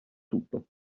tutto